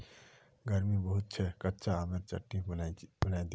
गर्मी बहुत छेक कच्चा आमेर चटनी बनइ दे